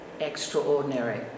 extraordinary